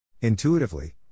Intuitively